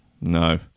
No